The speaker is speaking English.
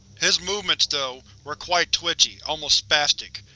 his movements, though, were quite twitchy, almost spastic.